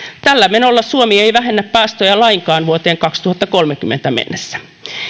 tällä menolla suomi ei vähennä päästöjä lainkaan vuoteen kaksituhattakolmekymmentä mennessä